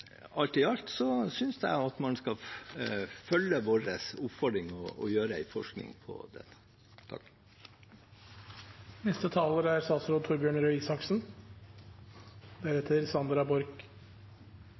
Alt i alt synes jeg man skal følge vår oppfordring og gjøre en forskning på